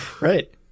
Right